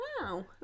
Wow